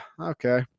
okay